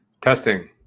Testing